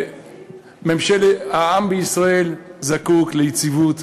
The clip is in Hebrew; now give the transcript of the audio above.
העם בישראל זקוק ליציבות,